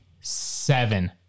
Seven